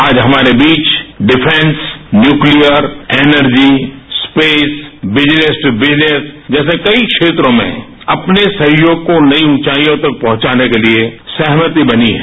आज हमारे बीच defence nuclear energy space business to business जैसे कई क्षेत्रों में अपने सहयोग को नई ऊचाईयों तक पहुंचाने के लिए सहमति बनी है